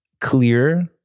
Clear